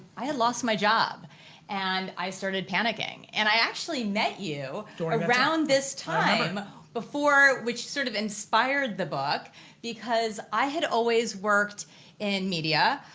i had lost my job and i started panicking and i actually met you around this time before which sort of inspired the book because i had always worked in media.